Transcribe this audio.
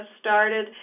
started